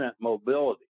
mobility